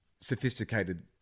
sophisticated